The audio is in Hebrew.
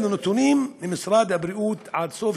אלו נתונים של משרד הבריאות עד סוף